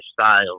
style